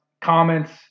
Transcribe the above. Comments